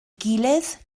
gilydd